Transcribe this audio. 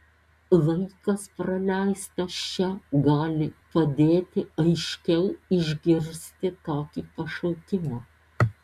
laikas praleistas čia gali padėti aiškiau išgirsti tokį pašaukimą